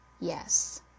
yes